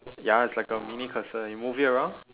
ya it's like a mini cursor you move it around